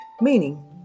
meaning